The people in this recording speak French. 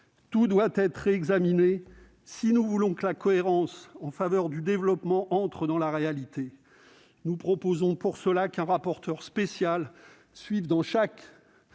tout doit être réexaminé si nous voulons que la cohérence en faveur du développement entre dans la réalité. Nous proposons à cette fin qu'un rapporteur spécial suive dans chaque